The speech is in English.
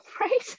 right